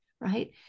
right